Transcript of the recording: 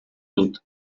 dut